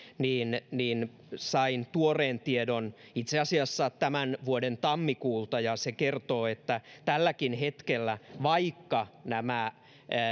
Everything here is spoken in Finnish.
niin niin sain tuoreen tiedon itse asiassa tämän vuoden tammikuulta ja se kertoo että tälläkin hetkellä vaikka nämä